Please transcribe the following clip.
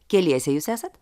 keliese jūs esat